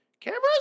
cameras